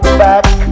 back